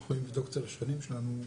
אנחנו יכולים לבדוק אצל השכנים שלנו,